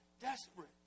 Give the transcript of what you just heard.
Desperate